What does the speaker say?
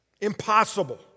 Impossible